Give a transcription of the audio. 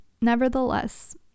nevertheless